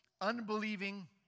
unbelieving